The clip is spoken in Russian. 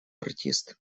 артист